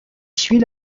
suit